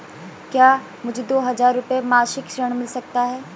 क्या मुझे दो हज़ार रुपये मासिक ऋण मिल सकता है?